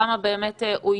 כמה באמת אוישו.